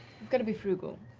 gotta be frugal,